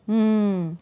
mm